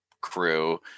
crew